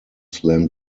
slam